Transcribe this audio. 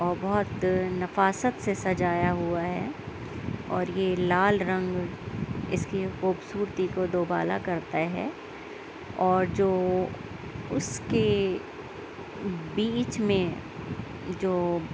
اور بہت نفاست سے سَجایا ہُوا ہے اور یہ لال رنگ اِس کی خوبصورتی کو دوبالا کرتا ہے اور جو اُس کے بیچ میں جو